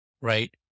right